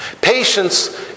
Patience